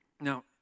Now